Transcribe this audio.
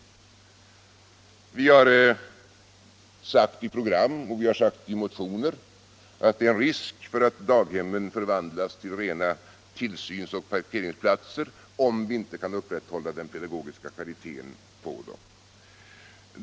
Vi har sagt i program och motioner, att det är risk för att daghemmen förvandlas till rena tillsyns och parkeringsplatser, om vi inte kan upprätthålla den pedagogiska kvaliteten.